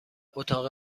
اتاق